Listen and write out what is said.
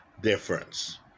difference